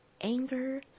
anger